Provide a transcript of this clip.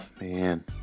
man